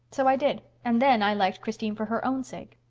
so i did. and then i liked christine for her own sake.